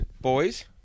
boys